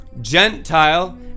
gentile